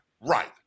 right